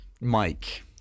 Mike